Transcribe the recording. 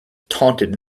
taunted